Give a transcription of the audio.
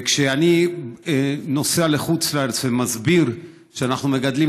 וכשאני נוסע לחוץ-לארץ ומסביר שאנחנו מגדלים